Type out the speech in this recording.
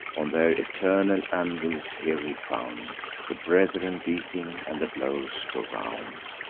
on their eternal anvils here he found the brethren beating, and the blows go round.